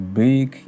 big